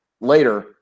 later